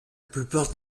plupart